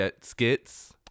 skits